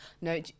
No